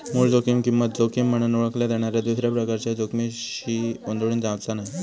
मूळ जोखीम किंमत जोखीम म्हनान ओळखल्या जाणाऱ्या दुसऱ्या प्रकारच्या जोखमीशी गोंधळून जावचा नाय